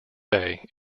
bay